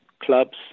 clubs